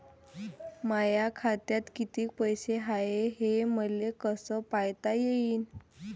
माया खात्यात कितीक पैसे हाय, हे मले कस पायता येईन?